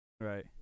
Right